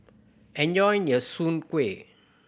enjoy your Soon Kuih